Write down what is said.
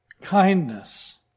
kindness